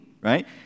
right